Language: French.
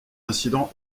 incidents